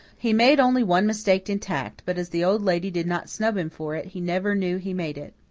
he made only one mistake in tact, but, as the old lady did not snub him for it, he never knew he made it.